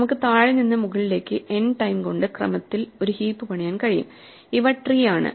നമുക്ക് താഴെ നിന്ന് മുകളിലേക്ക് n ടൈം കൊണ്ട് ക്രമത്തിൽ ഒരു ഹീപ്പ് പണിയാൻ കഴിയും ഇവ ട്രീ ആണ്